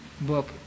book